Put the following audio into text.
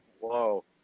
whoa